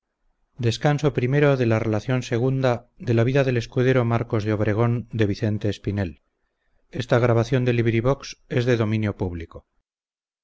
objeto la donosa narración de las aventuras del escudero marcos de obregón